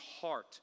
heart